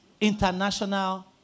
International